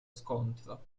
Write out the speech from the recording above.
scontro